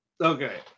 Okay